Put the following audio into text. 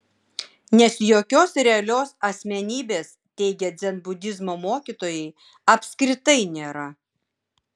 nes jokios realios asmenybės teigia dzenbudizmo mokytojai apskritai nėra